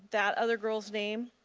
that other girl's name?